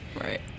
Right